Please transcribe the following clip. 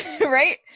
Right